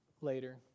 Later